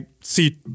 see